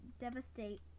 devastate